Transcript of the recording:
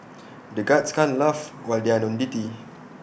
the guards can't laugh when they are on duty